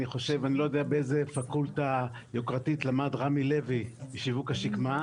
אני לא יודע באיזו פקולטה יוקרתית למד רמי לוי משיווק השקמה,